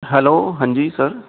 hello ਹਾਂਜੀ sir